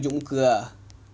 tunjuk muka ah